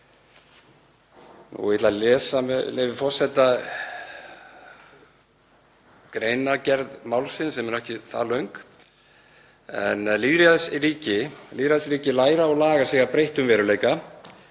Ég ætla að lesa, með leyfi forseta, greinargerð málsins, sem er ekki það löng. Lýðræðisríki læra og laga sig að breyttum veruleika.